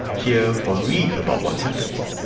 hear or read about what happens,